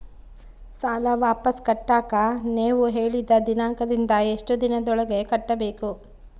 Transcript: ಸಾಲ ವಾಪಸ್ ಕಟ್ಟಕ ನೇವು ಹೇಳಿದ ದಿನಾಂಕದಿಂದ ಎಷ್ಟು ದಿನದೊಳಗ ಕಟ್ಟಬೇಕು?